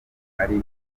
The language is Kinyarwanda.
ari